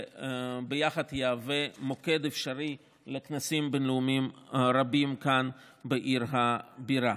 וביחד יהווה מוקד אפשרי לכנסים בין-לאומיים רבים כאן בעיר הבירה.